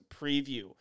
Preview